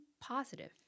positive